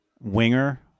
Winger